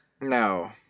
No